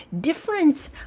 different